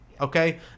Okay